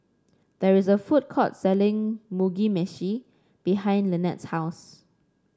there is a food court selling Mugi Meshi behind Lynnette's house